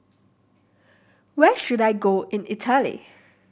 where should I go in Italy